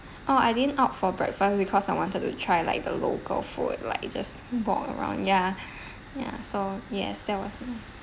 oh I didn't opt for breakfast because I wanted to try like the local food like just walk around ya ya so yes that was nice